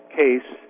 case